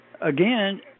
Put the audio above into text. again